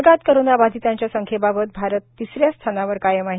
जगात कोरोनाबाधितांच्या संख्येबाबत भारत तिसऱ्या स्थानावर कायम आहे